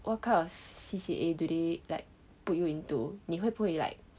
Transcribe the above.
what kind of C_C_A do they like put you into 你会不会 like